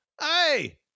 hey